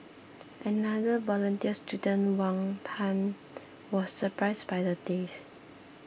another volunteer student Wang Pan was surprised by the taste